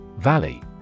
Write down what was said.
Valley